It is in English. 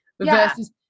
versus